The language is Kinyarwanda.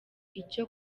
icyo